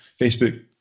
Facebook